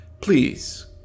please